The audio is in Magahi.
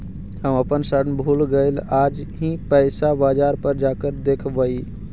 हम अपन ऋण भूल गईली आज ही पैसा बाजार पर जाकर देखवई